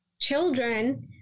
Children